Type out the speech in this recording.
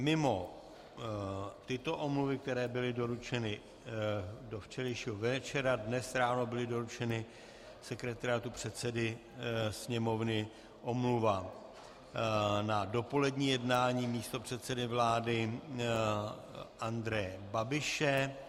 Mimo tyto omluvy, které byly doručeny do včerejšího večera, dnes ráno byla doručena sekretariátu předsedy Sněmovny omluva na dopolední jednání místopředsedy vlády Andreje Babiše.